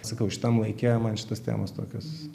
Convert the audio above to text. sakau šitam laike man šitos temos tokios